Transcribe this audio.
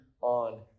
on